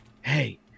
hey